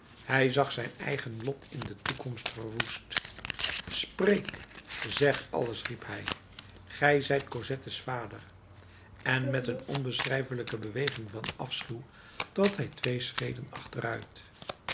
hij zag zijn eigen lot in de toekomst verwoest spreek zeg alles riep hij gij zijt cosettes vader en met een onbeschrijfelijke beweging van afschuw trad hij twee schreden achteruit